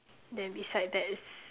then beside that is